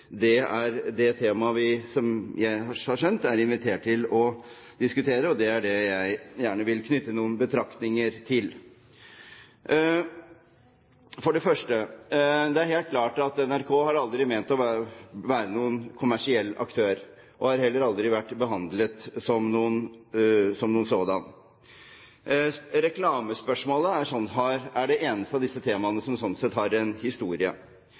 Det er det temaet – som jeg har skjønt – vi er invitert til å diskutere, og det er det jeg gjerne vil knytte noen betraktninger til. For det første: Det er helt klart at NRK aldri har ment å være noen kommersiell aktør og har heller aldri blitt behandlet som sådan. Reklamespørsmålet er det eneste av disse temaene som sånn sett har en historie,